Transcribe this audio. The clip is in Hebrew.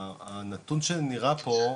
הנתון שנראה פה,